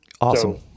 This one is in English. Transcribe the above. Awesome